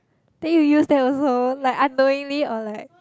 then you used that also like unknowingly or like